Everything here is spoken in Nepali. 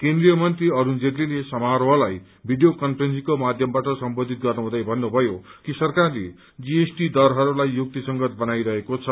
केन्द्रिय मन्त्री अरूण जेटलीले समारोहलाई भिडियो कन्फ्रेन्सिङको माध्यमबाट सम्बोधित गर्नुहुँदै भन्नुभयो कि सरकारले जीएसटी दरहरूलाई युक्तिसंगत बनाइरहेको छ